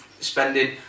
spending